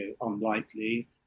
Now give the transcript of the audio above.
unlikely